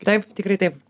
taip tikrai taip